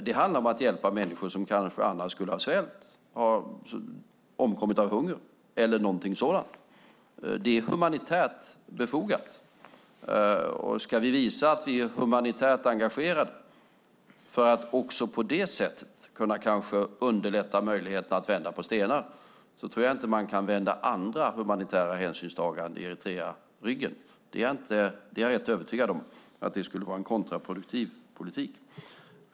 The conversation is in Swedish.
Det handlar om att hjälpa människor som annars skulle ha svultit, omkommit av hunger eller något sådant. Det är humanitärt befogat. Om vi ska visa att vi är humanitärt engagerade, för att också på det sättet underlätta möjligheter att vända på stenar, tror jag inte att man kan vända andra humanitära hänsynstaganden i Eritrea ryggen. Jag är helt övertygad om att det skulle vara en kontraproduktiv politik.